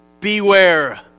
beware